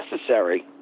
necessary